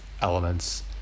elements